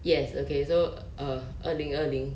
yes okay so uh 二零二零